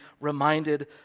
reminded